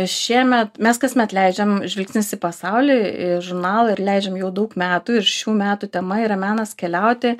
šiemet mes kasmet leidžiam žvilgsnis į pasaulį žurnalą ir leidžiam jau daug metų ir šių metų tema yra menas keliauti